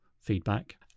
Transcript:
feedback